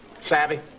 Savvy